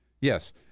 Yes